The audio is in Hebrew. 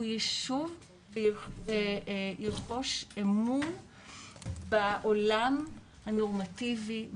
הוא ישוב וירכוש אמון בעולם הנורמטיבי,